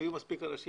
ויהיו מספיק אנשים,